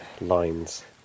lines